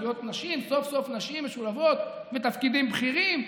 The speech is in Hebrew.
זכויות נשים: סוף-סוף נשים משולבות בתפקידים בכירים,